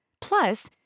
plus